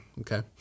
Okay